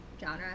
genre